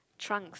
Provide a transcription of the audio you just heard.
trunks